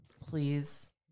Please